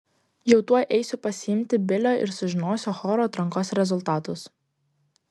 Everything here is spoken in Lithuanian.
jau tuoj eisiu pasiimti bilio ir sužinosiu choro atrankos rezultatus